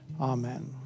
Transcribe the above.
Amen